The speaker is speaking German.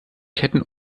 ketten